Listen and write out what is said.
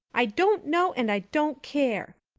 i don't know and i don't care,